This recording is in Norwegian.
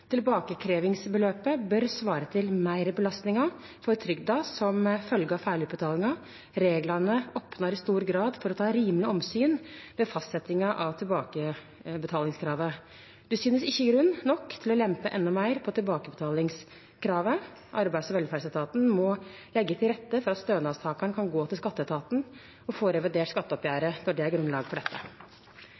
bør svare til meirbelastninga for trygda som følgje av feilutbetalinga. Reglane opnar i stor grad for å ta rimelege omsyn ved fastsetjinga av tilbakebetalingskravet. Det synest ikkje grunn nok til å lempe enda meir på tilbakebetalingskravet. Arbeids- og velferdsetaten må leggje til rette for at stønadstakaren kan gå til skatteetaten og få revidert skatteoppgjeret når det er grunnlag for dette.»